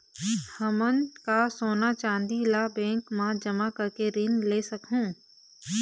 हमन का सोना चांदी ला बैंक मा जमा करके ऋण ले सकहूं?